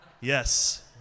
yes